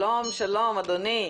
שלום, אדוני.